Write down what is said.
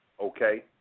okay